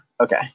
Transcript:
Okay